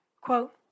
Quote